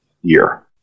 year